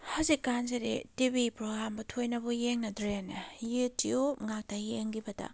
ꯍꯧꯖꯤꯛꯀꯥꯟꯁꯤꯗꯤ T V ꯄ꯭ꯔꯣꯒꯥꯝꯕꯨ ꯊꯣꯏꯅꯕꯨ ꯌꯦꯡꯅꯗ꯭ꯔꯦꯅꯦ ꯌꯨꯇ꯭ꯌꯨꯕ ꯉꯛꯇ ꯌꯦꯡꯈꯤꯕꯗ